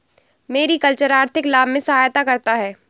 mariculture आर्थिक लाभ में सहायता करता है